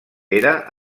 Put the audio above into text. era